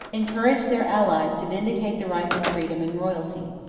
encouraged their allies to vindicate the rights of freedom and royalty.